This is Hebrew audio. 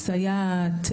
'סייעת',